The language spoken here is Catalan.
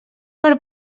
per